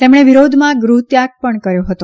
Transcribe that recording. તેમણે વિરોધમાં ગૃહત્યાગ પણ કર્યો હતો